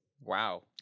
Wow